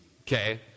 Okay